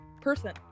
person